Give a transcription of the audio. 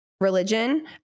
religion